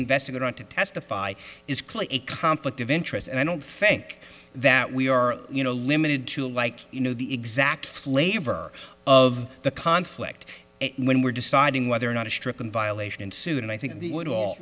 investigator on to testify is clearly a conflict of interest and i don't think that we are you know limited to like you know the exact flavor of the conflict when we're deciding whether or not to strip in violation and sue and i think they would